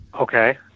Okay